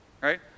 right